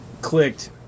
clicked